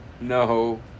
No